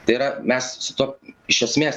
tai yra mes su tuo iš esmės